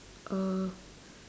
a